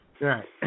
Right